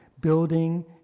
building